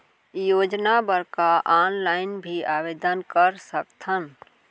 योजना बर का ऑनलाइन भी आवेदन कर सकथन?